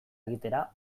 egitera